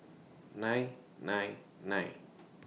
nine nine nine